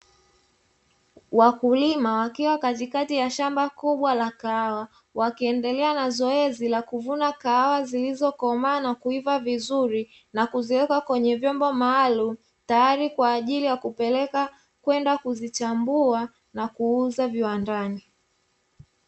Wakulima wakiwa katikati ya shamba kubwa la kahawa, wakiendelea na zoezi la kuvuna kahawa zilizo komaa vizuri na kuziweka kwenye vyombo maalumu, tayari kwaajili ya kupelekwa kwenda kuzichambua na kuuza viwandani